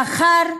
לאחר